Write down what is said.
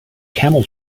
camel